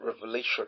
revelation